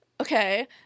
okay